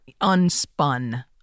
unspun